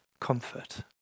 comfort